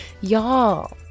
Y'all